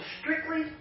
strictly